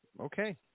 okay